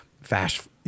fast